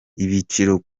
ibiciro